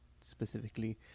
specifically